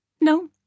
No